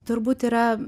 turbūt yra